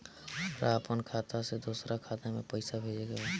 हमरा आपन खाता से दोसरा खाता में पइसा भेजे के बा